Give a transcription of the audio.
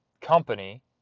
company